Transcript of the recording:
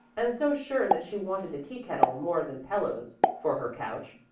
and so sure that she wanted a teakettle more than pillows for her couch,